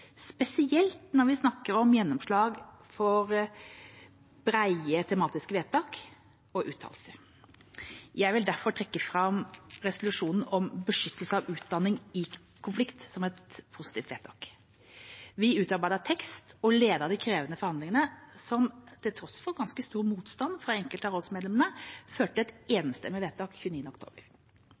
spesielt når vi snakker om gjennomslag for brede tematiske vedtak og uttalelser. Jeg vil derfor trekke fram resolusjonen om beskyttelse av utdanning i konflikt som et positivt vedtak. Vi utarbeidet tekst og ledet de krevende forhandlingene som – til tross for ganske stor motstand fra enkelte av rådsmedlemmene – førte fram til et enstemmig vedtak den 29. oktober.